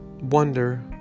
wonder